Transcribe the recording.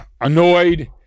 annoyed